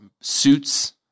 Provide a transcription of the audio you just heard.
Suits